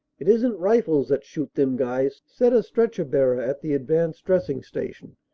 it isn't rifles that shoot them guys, said a stretcher-bear r at the advanced dressing station.